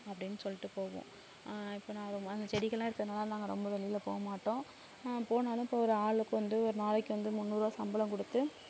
அப்படீன்னு சொல்லிடு போவோம் இப்போ நான் அந்த செடிகள் எல்லாம் இருக்கிறனால நாங்கள் ரொம்ப வெளியில போக மாட்டோம் போனாலும் இப்போ ஒரு ஆளுக்கு வந்து ஒரு நாளைக்கு வந்து முந்நூறுவா சம்பளம் கொடுத்து